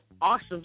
awesome